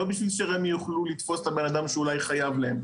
לא בשביל שרמ"י יוכלו לתפוס את הבן-אדם שאולי חייב להם.